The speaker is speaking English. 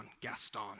Gaston